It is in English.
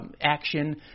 action